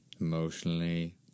emotionally